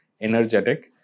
energetic